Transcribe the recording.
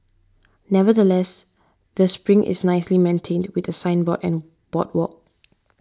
nevertheless the spring is nicely maintained with a signboard and boardwalk